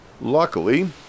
Luckily